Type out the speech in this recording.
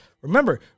Remember